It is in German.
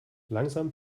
langsam